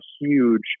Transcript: huge